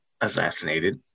assassinated